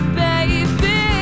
baby